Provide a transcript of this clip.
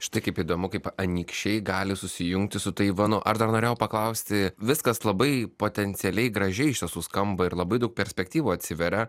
štai kaip įdomu kaip anykščiai gali susijungti su taivanu ar dar norėjau paklausti viskas labai potencialiai gražiai suskamba ir labai daug perspektyvų atsiveria